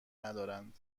ندارند